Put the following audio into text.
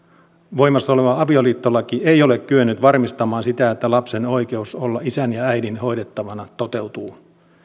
voimassa oleva avioliittolaki ei ole kyennyt varmistamaan sitä että lapsen oikeus olla isän ja äidin hoidettavana toteutuu